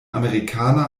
amerikaner